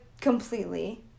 completely